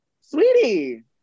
Sweetie